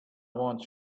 want